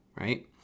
right